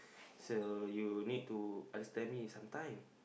so you need to understand me sometime